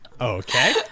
okay